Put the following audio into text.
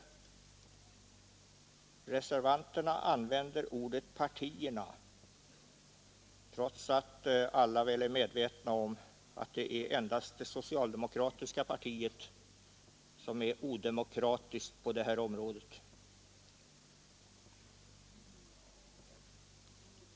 Reservanterna använder ordet partierna trots medvetna om att det är endast det socialdemokratiska partiet som är odemokratiskt på det här området.